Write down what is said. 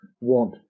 want